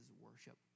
worship